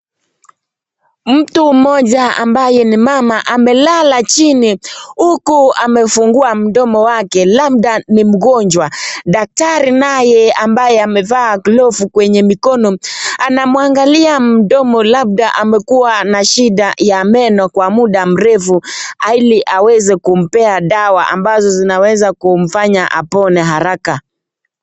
Mtu moja ambaye ni mama amelala chini, huku amefungua mdomo wake, labda ni mgonjwa, daktari naye ambaye amevaa glavu kwenye mikono, anamwangalia mdomo labda amekua na shida ya meno kwa muda mrefu ili aweze kumpea dawa dawa ambazo zinaweza kumfanya apone haraka.